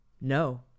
no